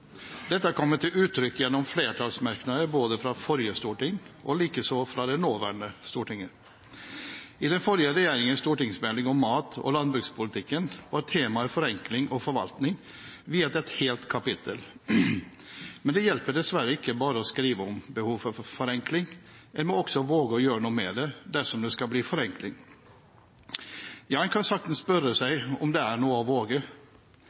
Dette kommer til uttrykk gjennom flertallsmerknader både fra forrige storting og likeså fra det nåværende storting. I den forrige regjeringens stortingsmelding om mat og landbrukspolitikken var temaene forenkling og forvaltning viet et helt kapittel. Men det hjelper dessverre ikke bare å skrive om behovet for forenkling, en må også våge å gjøre noe med det dersom det skal bli forenkling. En kan saktens spørre seg om det er noe å våge.